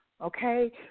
okay